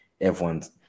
everyone's